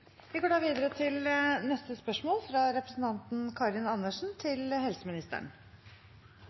Vi går da videre til neste